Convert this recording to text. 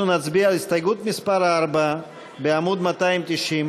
נצביע על הסתייגות מס' 4 בעמוד 290,